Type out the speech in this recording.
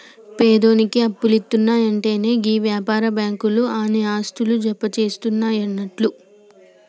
పేదోనికి అప్పులిత్తున్నయంటెనే గీ వ్యాపార బాకుంలు ఆని ఆస్తులు జప్తుజేస్తయన్నట్లు